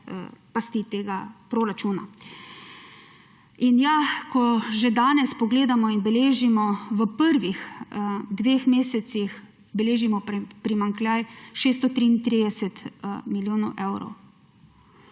pasti tega proračuna. In ja, ko že danes pogledamo in v prvih dveh mesecih beležimo primanjkljaj 633 milijonov evrov,